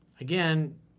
again